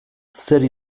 zer